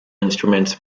instruments